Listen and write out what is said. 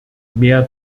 mehr